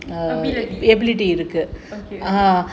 ability okay okay